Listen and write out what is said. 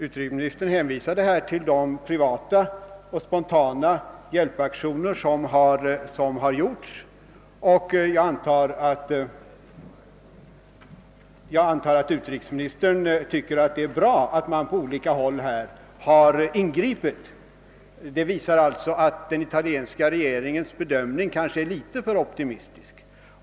Utrikesministern hänvisade till de privata spontana hjälpaktioner som gjorts, och jag antar att utrikesministern tycker det är bra att man från olika håll har ingripit. Det visar att den italienska regeringens bedömning kanske är litet för optimistisk.